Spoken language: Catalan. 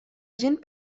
gent